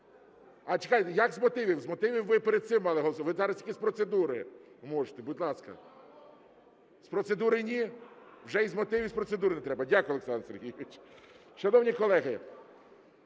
А чекайте, як з мотивів? З мотивів ви перед цим мали... Ви зараз тільки з процедури можете. Будь ласка. З процедури ні? Вже і з мотивів, і з процедури не треба. Дякую, Олександр Сергійович. Шановні колеги,